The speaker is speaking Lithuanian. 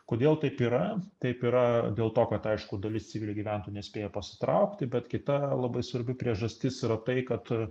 kodėl taip yra taip yra dėl to kad aišku dalis civilių gyventojų nespėja pasitraukti bet kita labai svarbi priežastis yra tai kad